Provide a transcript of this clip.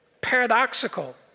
paradoxical